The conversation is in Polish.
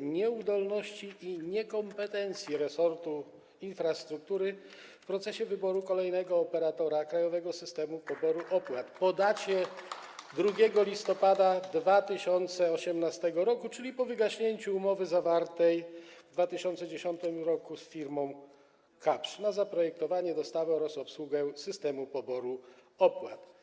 nieudolności i niekompetencji resortu infrastruktury w procesie wyboru kolejnego operatora Krajowego Systemu Poboru Opłat od dnia 2 listopada 2018 r., czyli od wygaśnięcia umowy zawartej w 2010 r. z firmą Kapsch na zaprojektowanie, dostawę oraz obsługę systemu poboru opłat.